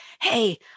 hey